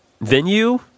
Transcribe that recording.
venue